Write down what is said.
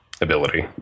ability